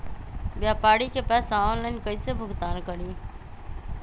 व्यापारी के पैसा ऑनलाइन कईसे भुगतान करी?